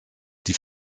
die